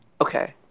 Okay